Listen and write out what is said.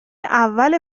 اول